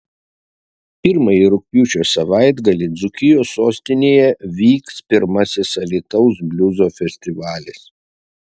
pirmąjį rugpjūčio savaitgalį dzūkijos sostinėje vyks pirmasis alytaus bliuzo festivalis